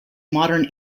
modern